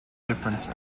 difference